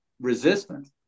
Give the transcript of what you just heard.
resistance